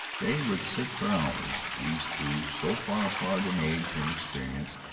they would sit for hours, these two, so far apart in age and experience,